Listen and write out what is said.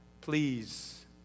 please